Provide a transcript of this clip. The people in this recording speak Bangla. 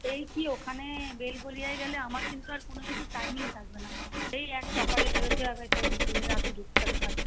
এই কি ওখানে বেলঘরিয়ায় গেলে আমার কিন্তু আর কোনো কিছু টাইমিং থাকবে না সেই এক সকালে বেরোতে হবে সেই বিকেলে রাতে ঢুকতে হবে বাড়ি